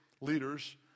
leaders